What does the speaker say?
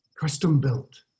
custom-built